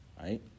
right